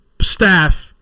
staff